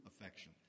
affection